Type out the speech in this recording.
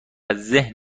ذهن